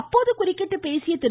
அப்போது குறுக்கிட்டு பேசிய திரு